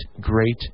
great